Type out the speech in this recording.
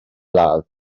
ladd